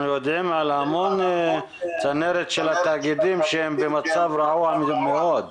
אנחנו יודעים על המון צנרת של התאגידים שהם במצב רעוע מאוד.